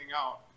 out